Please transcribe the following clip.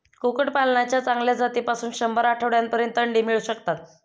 कुक्कुटपालनाच्या चांगल्या जातीपासून शंभर आठवड्यांपर्यंत अंडी मिळू शकतात